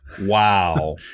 Wow